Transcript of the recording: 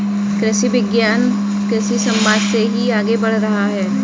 कृषि विज्ञान कृषि समवाद से ही आगे बढ़ रहा है